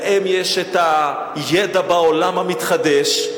להם יש הידע בעולם המתחדש,